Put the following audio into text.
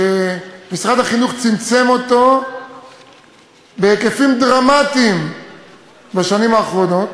ומשרד החינוך צמצם אותו בהיקפים דרמטיים בשנים האחרונות,